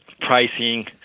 pricing